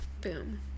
boom